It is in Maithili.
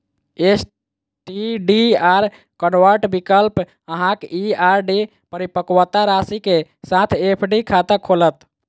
एस.टी.डी.आर कन्वर्ट विकल्प अहांक ई आर.डी परिपक्वता राशि के साथ एफ.डी खाता खोलत